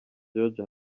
george